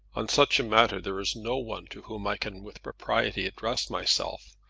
on such a matter there is no one to whom i can with propriety address myself,